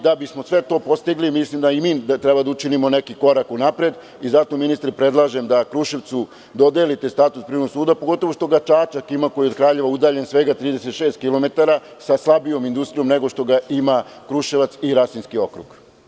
Da bismo sve to postigli, mislim da i mi treba da učinimo neki korak unapred i zato, ministre, predlažem da Kruševcu dodelite status privrednog suda, pogotovo što ga Čačak ima, koji je od Kraljeva udaljen svega 36 kilometara, sa slabijom industrijom nego što ga ima Kruševac i Rasinski okrug.